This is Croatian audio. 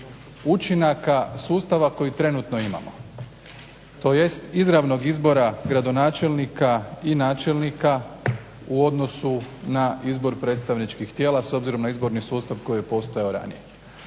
učinaka sustava kojega trenutno imamo, tj. izravnog izbora gradonačelnika i načelnika u odnosu na izbor predstavničkih tijela s obzirom na izborni sustav koji je postojao ranije.